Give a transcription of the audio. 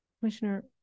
Commissioner